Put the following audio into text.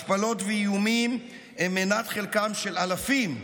השפלות ואיומים הם מנת חלקם של אלפים,